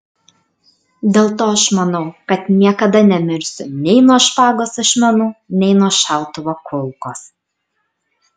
dėl to aš manau kad niekada nemirsiu nei nuo špagos ašmenų nei nuo šautuvo kulkos